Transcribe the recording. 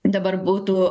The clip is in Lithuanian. dabar būtų